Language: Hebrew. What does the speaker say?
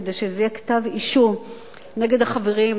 כדי שזה יהיה כתב-אישום נגד החברים,